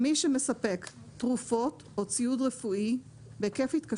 את כל מה שהעליתי עכשיו ביקשתי שבסוף יוצג לשר האוצר אישית